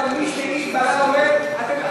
אבל מי שבעלה לומד, אתם,